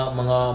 mga